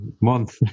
month